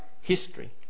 history